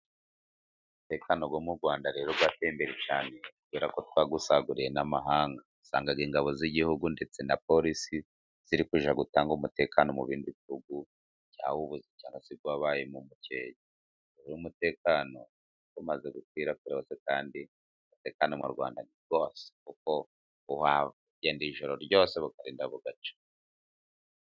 Umutekano wo mu Rwanda rero wateye imbere cyane, kubera ko twawusaguriye n'amahanga, usanga ingabo z'igihugu ndetse na polisi ziri kujya gutanga umutekano mu bindi bihugu, cyangwa se wabayemo muke, rero umutekano umaze gukwirakwira hose kandi umutekano mu Rwanda rwose, kuko wagenda ijoro ryose bukarinda bucya.